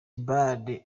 bale